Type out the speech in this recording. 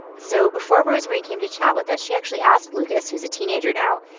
so before rosemarie came to chat with us, she actually asked lucas, who's a teenager now,